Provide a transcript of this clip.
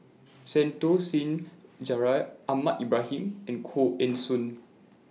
Santokh Singh Grewal Ahmad Ibrahim and Koh Eng Hoon